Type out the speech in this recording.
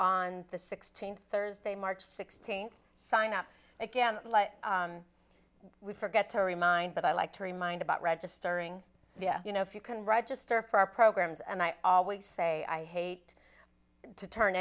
on the sixteenth thursday march sixteenth sign up again we forget to remind but i like to remind about registering you know if you can register for our programs and i always say i hate to turn